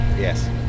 yes